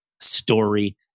story